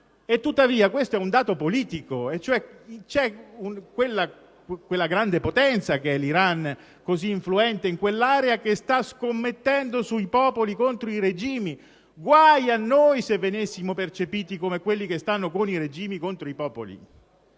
tuttavia, questo è un dato politico. Una grande potenza come l'Iran, così influente in quell'area, sta scommettendo sui popoli contro i regimi. Guai a noi se venissimo percepiti come quelli che stanno con i regimi contro i popoli!